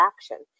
action